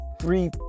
three